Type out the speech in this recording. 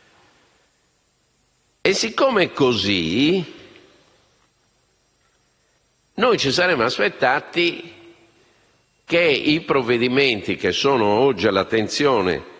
Siccome è così, noi ci saremmo aspettati che i provvedimenti che sono oggi all'attenzione,